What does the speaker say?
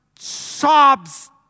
sobs